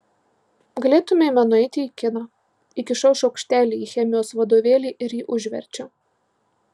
galėtumėme nueiti į kiną įkišau šaukštelį į chemijos vadovėlį ir jį užverčiau